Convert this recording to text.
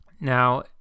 Now